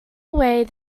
away